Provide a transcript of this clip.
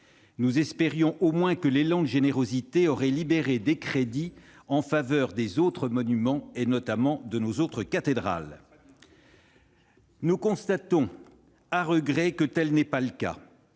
Nous espérions au moins que l'élan de générosité aurait libéré des crédits en faveur des autres monuments, notamment de nos autres cathédrales. Très bien ! Nous constatons à regret que tel n'est pas le cas.